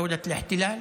מדינת הכיבוש.)